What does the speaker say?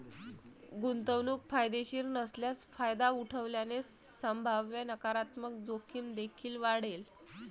गुंतवणूक फायदेशीर नसल्यास फायदा उठवल्याने संभाव्य नकारात्मक जोखीम देखील वाढेल